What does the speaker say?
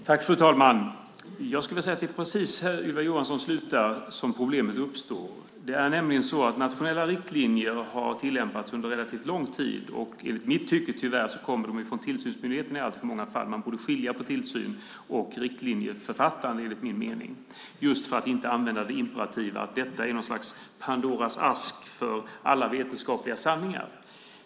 Fru talman! Jag skulle vilja säga att det är precis där Ylva Johansson slutar som problemet uppstår. Nationella riktlinjer har nämligen tillämpats under relativt lång tid. Enligt mitt tycke kommer de tyvärr i alltför många fall från tillsynsmyndigheten. Man borde skilja på tillsyn och riktlinjeförfattande, enligt min mening, just för att inte använda det imperativa, att detta är något slags Pandoras ask för alla vetenskapliga sanningar.